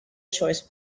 choice